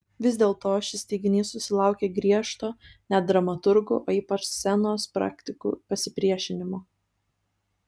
vis dėlto šis teiginys susilaukė griežto net dramaturgų o ypač scenos praktikų pasipriešinimo